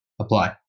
apply